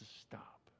stop